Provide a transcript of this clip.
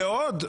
ועוד,